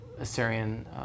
Assyrian